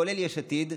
כולל יש עתיד.